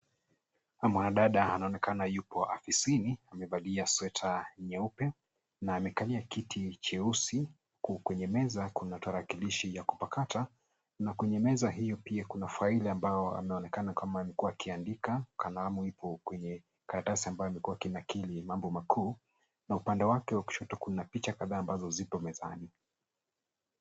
Mwanadada anaonekana yupo afisini na amevalia sweta nyeupe na amekalia kiti cheusi. Kwenye meza kuna tarakilishi ya kupakata na kwenye meza hio pia kuna faili ambayo anaonekana kama amekuwa akiandika. Kalamu ipo kwenye karatasi ambayo amekuwa akinakili mambo makuu na upande wake wa kushoto kuna picha kadhaa ambazo ziko mezani.